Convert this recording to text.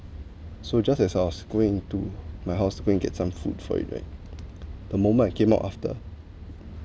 so just as I was going to my house going to gets some food for it right the moment I came out after